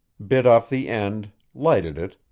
bit off the end, lighted it,